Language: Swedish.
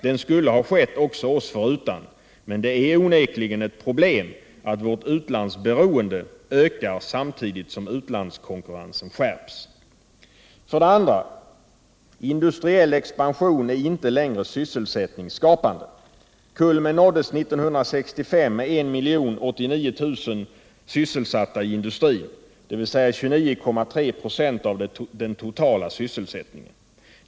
Den skulle ha skett också oss förutan. Men det är onekligen ett problem att vårt utlandsberoende ökar samtidigt som utlandskonkurrensen skärps. 2. Industriell expansion är inte längre sysselsättningsskapande. Kulmen nåddes 1965 med 1 089 000 sysselsatta i industrin, dvs. 29.3 4 av den totala sysselsättningen.